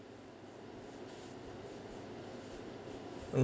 uh